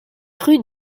rue